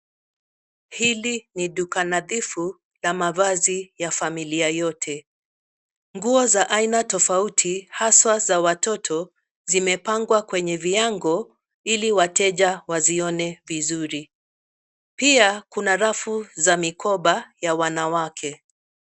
Hili ni duka nadhifu la mavazi ya familia yote. Nguo za aina tofauti haswa za watoto, zimepangwa kwenye viango ili wateja wazione vizuri. Pia kuna rafu za mikoba ya wanawake.